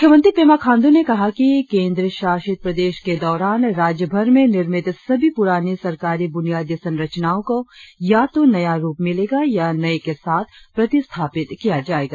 मुख्यमंत्री पेमा खांडू ने कहा कि केंद्र शासित प्रदेश के दौरान राज्यभर में निर्मित सभी पुरानी सरकारी बुनियादी संरचनाओं को या तो नया रुप मिलेगा या नए के साथ प्रतिस्थापित किया जाएगा